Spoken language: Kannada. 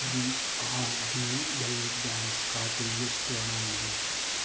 ನನ್ನ ಆರ್ ಬಿ ಎಲ್ ಬ್ಯಾಂಕ್ ಖಾತೆ ಎಷ್ಟು ಹಣ ಇದೆ